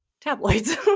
tabloids